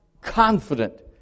confident